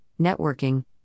networking